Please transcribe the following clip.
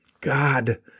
God